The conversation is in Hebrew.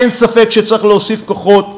אין ספק שצריך להוסיף כוחות,